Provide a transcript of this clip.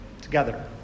Together